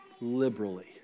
liberally